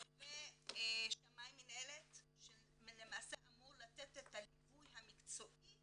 ושמאי מינהלת שלמעשה אמור לתת את הליווי המקצועי